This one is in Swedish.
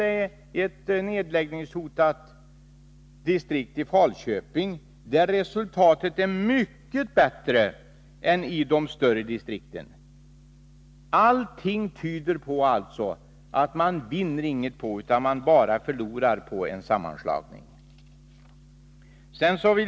Det finns ett nedläggningshotat distrikt i Falköping där resultatet är mycket bättre än i de större distrikten. Allt tyder alltså på att man inte vinner någonting utan bara förlorar på en sammanslagning.